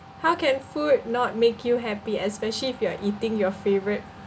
how can food not make you happy especially if you are eating your favorite